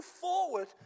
forward